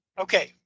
Okay